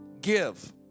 give